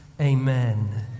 Amen